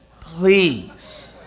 Please